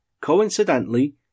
Coincidentally